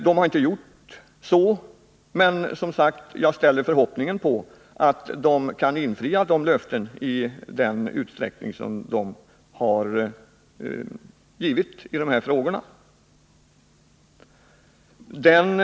Man har inte gjort det, men jag har som sagt förhoppningar på att man skall kunna infria de löften man har givit i de här frågorna.